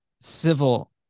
civil